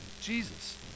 Jesus